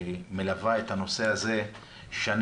שהיא מלווה את הנושא הזה שנים.